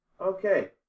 Okay